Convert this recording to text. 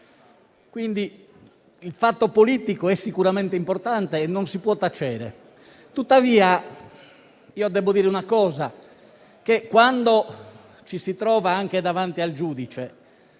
quindi, il fatto politico è sicuramente importante e non si può tacere. Tuttavia, debbo dire una cosa: quando ci si trova davanti al giudice